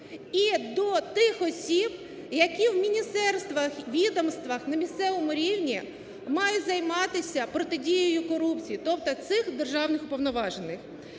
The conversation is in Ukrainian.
і до тих осіб, які в міністерствах, відомствах на місцевому рівні мають займатися протидією корупції, тобто цих державних уповноважених.